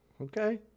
okay